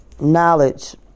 knowledge